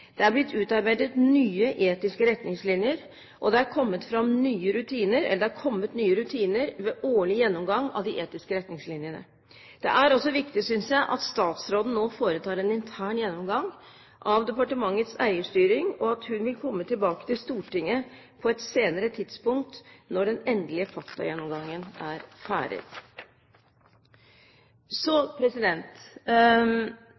Det er blitt utarbeidet nye etiske retningslinjer, og det er kommet nye rutiner ved årlig gjennomgang av de etiske retningslinjene. Det er også viktig, synes jeg, at statsråden nå foretar en intern gjennomgang av departementets eierstyring, og at hun vil komme tilbake til Stortinget på et senere tidspunkt når den endelige faktagjennomgangen er ferdig. Så: